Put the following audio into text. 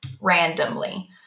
randomly